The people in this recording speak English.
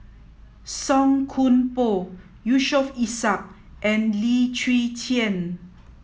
Song Koon Poh Yusof Ishak and Lim Chwee Chian